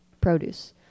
produce